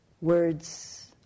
Words